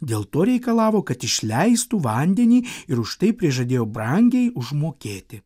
dėl to reikalavo kad išleistų vandenį ir už tai prižadėjo brangiai užmokėti